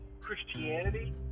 Christianity